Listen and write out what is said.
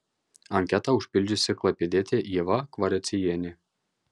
anketą užpildžiusi klaipėdietė ieva kvaraciejienė